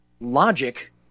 logic